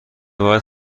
باید